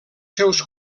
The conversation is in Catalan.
seus